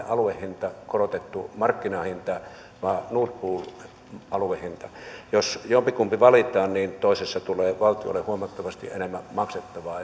aluehinnasta korotetusta markkinahinnasta vai nord pool aluehinnasta jos jompikumpi valitaan niin toisessa tulee valtiolle huomattavasti enemmän maksettavaa